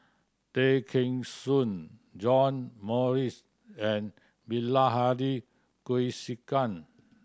Tay Kheng Soon John Morrice and Bilahari Kausikan